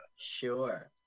sure